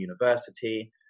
university